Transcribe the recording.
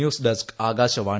news desk Akashvani